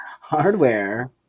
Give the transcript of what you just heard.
Hardware